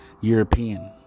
european